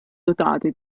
dotate